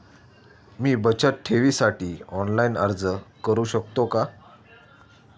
मी बचत ठेवीसाठी ऑनलाइन अर्ज करू शकतो का?